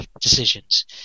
decisions